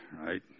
right